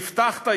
הבטחת,